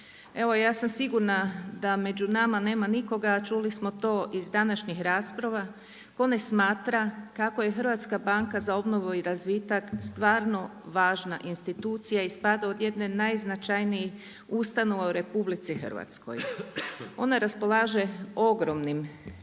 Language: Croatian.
Evo ja sam sigurna da među nama nema nikoga, a čuli smo to iz današnjih rasprava, tko ne smatra kako je Hrvatska banka za obnovu i razvitak stvarno važna institucija i spada u jedne od najznačajnijih ustanova u RH. Ona raspolaže ogromnim